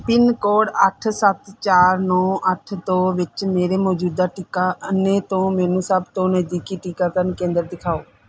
pin code ਅੱਠ ਸੱਤ ਚਾਰ ਨੌ ਅੱਠ ਦੋ ਵਿੱਚ ਮੇਰੇ ਮੌਜੂਦਾ ਟਿਕਾਣੇ ਤੋਂ ਮੈਨੂੰ ਸਭ ਤੋਂ ਨਜ਼ਦੀਕੀ ਟੀਕਾਕਰਨ ਕੇਂਦਰ ਦਿਖਾਓ